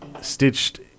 Stitched